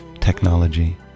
technology